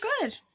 good